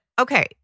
Okay